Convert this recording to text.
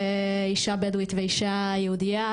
אישה בדואית ואישה יהודייה